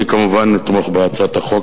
אני כמובן אתמוך בהצעת החוק.